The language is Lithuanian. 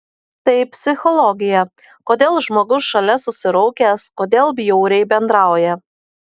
tai psichologija kodėl žmogus šalia susiraukęs kodėl bjauriai bendrauja